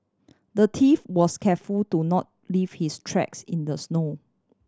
the thief was careful to not leave his tracks in the snow